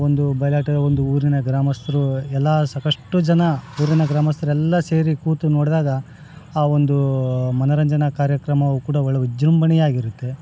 ಒಂದು ಬಯಲಾಟದ ಒಂದು ಊರಿನ ಗ್ರಾಮಸ್ಥರು ಎಲ್ಲ ಸಾಕಷ್ಟು ಜನ ಊರಿನ ಗ್ರಾಮಸ್ಥರೆಲ್ಲ ಸೇರಿ ಕೂತು ನೋಡಿದಾಗ ಆ ಒಂದು ಮನರಂಜನೆ ಕಾರ್ಯಕ್ರಮವು ಕೂಡ ಒಳ್ಳೆ ವಿಜೃಂಭಣೆಯಾಗಿರುತ್ತೆ